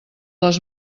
les